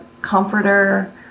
comforter